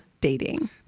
dating